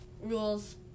rules